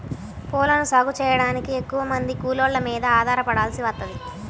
పూలను సాగు చెయ్యడానికి ఎక్కువమంది కూలోళ్ళ మీద ఆధారపడాల్సి వత్తది